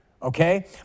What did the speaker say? Okay